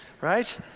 right